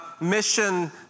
mission